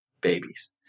babies